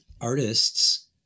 artists